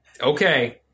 Okay